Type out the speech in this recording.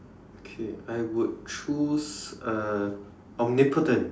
okay I would choose uh omnipotent